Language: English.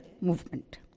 movement